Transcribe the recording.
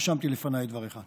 רשמתי לפניי את דבריך.